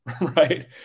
right